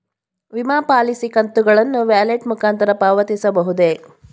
ವಿಮಾ ಪಾಲಿಸಿ ಕಂತುಗಳನ್ನು ವ್ಯಾಲೆಟ್ ಮುಖಾಂತರ ಪಾವತಿಸಬಹುದೇ?